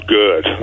good